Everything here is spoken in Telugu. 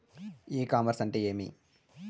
ఇ కామర్స్ అంటే ఏమి?